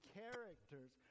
characters